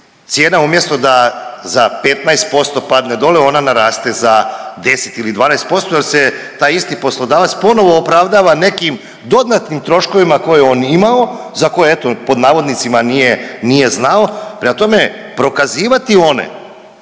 Cijena umjesto da za 15% padne dole ona naraste za 10 ili 12% jel se taj isti poslodavac ponovo opravdava nekim dodatnim troškovima koje je on imao za koje eto „nije znao“. Prema tome, prokazivati one